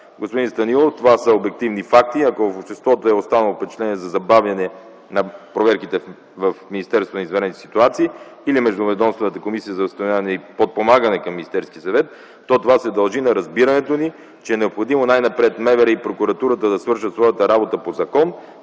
Господин Станилов, това са обективни факти и ако обществото е останало с впечатление за забавяне на проверките в Министерството на извънредните ситуации и на Междуведомствената комисия за установяване и подпомагане към Министерския съвет, то това се дължи на разбирането ни, че е необходимо най-напред МВР и прокуратурата да свършат своята работа по закон,